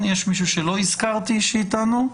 יש מישהו שלא הזכרתי והוא איתנו?